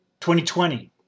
2020